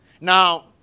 Now